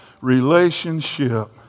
relationship